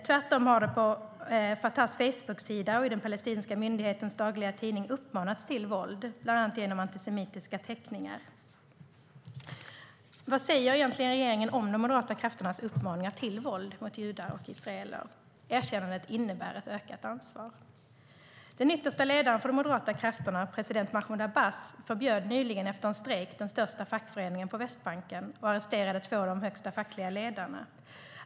Tvärtom har det på Fatahs facebooksida och i den palestinska myndighetens dagliga tidning uppmanats till våld, bland annat genom antisemitiska teckningar. Vad säger egentligen regeringen om de moderata krafternas uppmaningar till våld mot judar och israeler? Erkännandet innebär ett ökat ansvar. Den yttersta ledaren för de moderata krafterna, president Mahmud Abbas, förbjöd nyligen efter en strejk den största fackföreningen på Västbanken och arresterade två av de högsta fackliga ledarna.